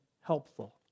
helpful